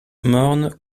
morne